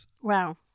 Wow